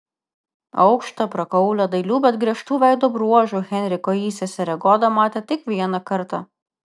aukštą prakaulią dailių bet griežtų veido bruožų henriko įseserę goda matė tik vieną kartą